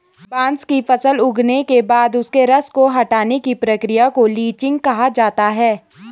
बांस की फसल उगने के बाद उसके रस को हटाने की प्रक्रिया को लीचिंग कहा जाता है